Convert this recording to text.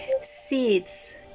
seeds